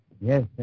Yes